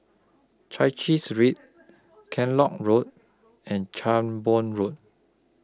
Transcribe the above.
Chai Chee Street Kellock Road and Cranborne Road